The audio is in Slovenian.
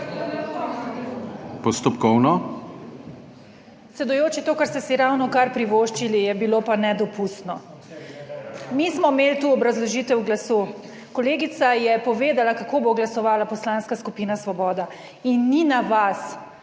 Predsedujoči, to, kar ste si ravnokar privoščili, je bilo pa nedopustno. Mi smo imeli tu obrazložitev glasu, kolegica je povedala, kako bo glasovala Poslanska skupina Svoboda, in ni na vas,